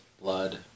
blood